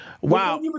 Wow